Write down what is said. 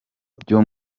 byo